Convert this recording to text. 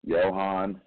Johan